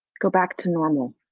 go back to normal.